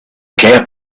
camp